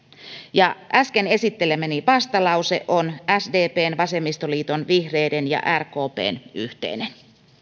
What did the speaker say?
ja äsken esittelemäni vastalause on sdpn vasemmistoliiton vihreiden ja rkpn yhteinen